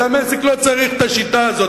בדמשק לא צריך את השיטה הזאת.